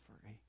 free